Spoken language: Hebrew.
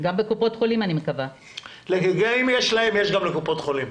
אם יש להם אז יש גם לקופות החולים.